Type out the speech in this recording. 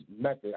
method